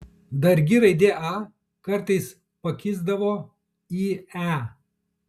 dargi raidė a kartais pakisdavo į e